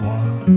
one